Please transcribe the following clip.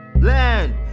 Land